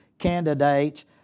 candidates